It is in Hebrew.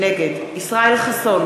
נגד ישראל חסון,